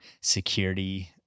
security